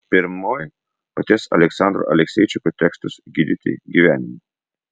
pirmoji paties aleksandro alekseičiko tekstas gydyti gyvenimu